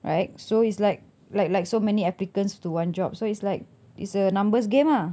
right so it's like like like so many applicants to one job so it's like it's a numbers game ah